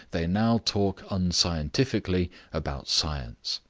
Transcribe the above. they now talk unscientifically about science.